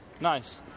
Nice